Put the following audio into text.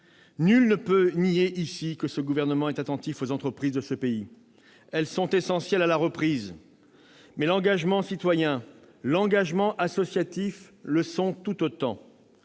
Nul ne peut nier ici que ce gouvernement est attentif aux entreprises de ce pays. Elles sont essentielles à la reprise, mais l'engagement citoyen ou associatif l'est tout autant.